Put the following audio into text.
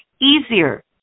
easier